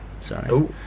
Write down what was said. sorry